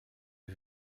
est